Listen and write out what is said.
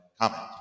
comment